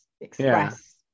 Express